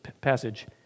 passage